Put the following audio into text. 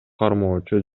кармоочу